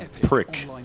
prick